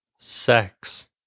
Sex